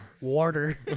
Water